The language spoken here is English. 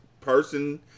person